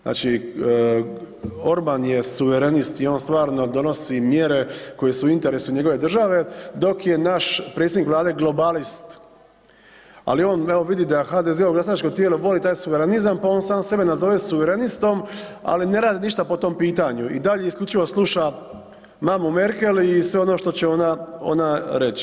Znači, Orban je suverenist i on stvarno donosi mjere koje su u interesu njegove države, dok je naš predsjednik vlade globalist, ali on evo vidi da HDZ-ovo glasačko tijelo voli taj suverenizam, pa on sam sebe nazove suverenistom, ali ne rade ništa po tom pitanju i dalje isključivo sluša mamu Merkel i sve ono što će ona, ona reći.